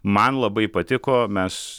man labai patiko mes